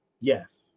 Yes